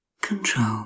CONTROL